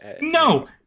No